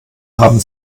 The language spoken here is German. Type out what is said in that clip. haben